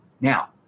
Now